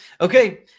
Okay